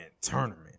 Tournament